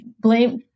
blame